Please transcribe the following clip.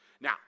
Now